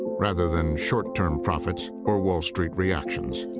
rather than short-term profits or wall street reactions.